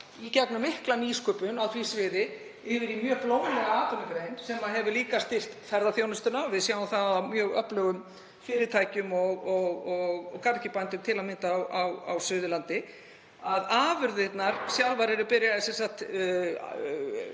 í gegnum mikla nýsköpun á því sviði, yfir í mjög blómlega atvinnugrein sem hefur líka styrkt ferðaþjónustuna. Við sjáum það hjá mjög öflugum fyrirtækjum og garðyrkjubændum, til að mynda á Suðurlandi, að afurðir úr tómatarækt eru byrjaðar